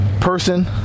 person